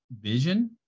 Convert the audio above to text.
vision